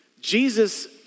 Jesus